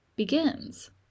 begins